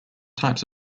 types